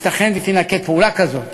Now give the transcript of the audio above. ייתכן שתינקט פעולה כזאת.